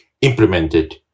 implemented